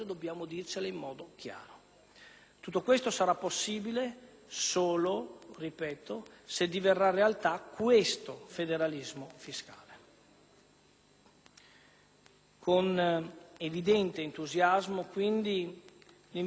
Tutto ciò sarà possibile solo - ripeto - se diverrà realtà questo federalismo fiscale. Con evidente entusiasmo, quindi, invito il Governo a proseguire